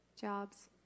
Jobs